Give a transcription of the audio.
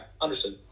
understood